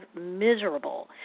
miserable